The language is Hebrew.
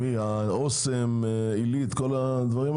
אסם, עלית וכדומה?